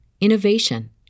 innovation